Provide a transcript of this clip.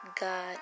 God